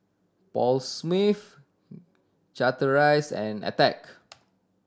Paul Smith Chateraise and Attack